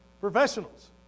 Professionals